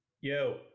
yo